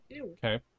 Okay